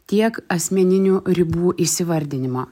tiek asmeninių ribų įsivardinimo